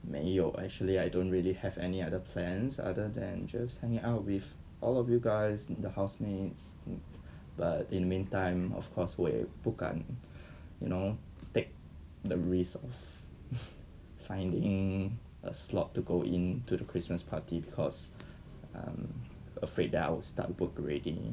没有 actually I don't really have any other plans other than just hanging out with all of you guys the housemates but in the meantime of course 我也不敢 you know take the risk finding a slot to go in to the christmas party because I'm afraid that I will start work already